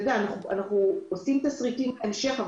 אנחנו עושים תסריטים להמשך,